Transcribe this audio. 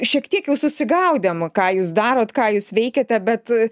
šiek tiek jūs susigaudėm ką jūs darote ką jūs veikiate bet